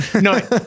No